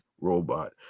robot